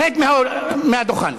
רד מהדוכן.